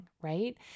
right